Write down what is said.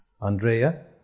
Andrea